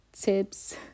tips